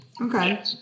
Okay